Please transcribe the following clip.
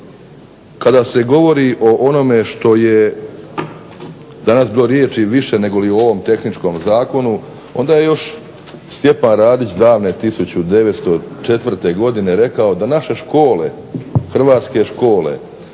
kada se govori o onome što je danas više bilo riječi negoli o ovome tehničkom zakonu, onda je Stjepan Radić davne 1904. godine rekao da naše škole, hrvatske škole